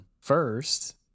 first